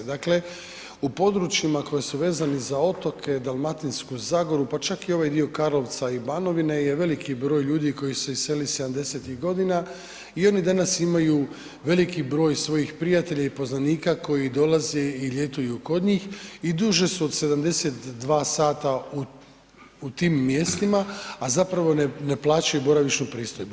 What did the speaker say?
Dakle, u područjima koji su vezani za otoke, Dalmatinsku Zagoru, pa čak i ovaj dio Karlovca i Banovine je veliki broj ljudi koji su se iselili 70.-tih godina i oni danas imaju veliki broj svojih prijatelja i poznanika koji dolaze i ljetuju kod njih i duže su od 72 sata u tim mjestima, a zapravo ne plaćaju boravišnu pristojbu.